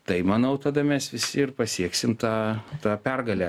tai manau tada mes visi ir pasieksim tą tą pergalę